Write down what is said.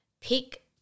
pick